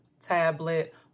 tablet